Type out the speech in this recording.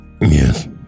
Yes